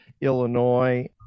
Illinois